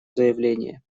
заявление